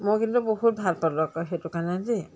মই কিন্তু বহুত ভাল পালোঁ আকৌ সেইটো কাৰণে দেই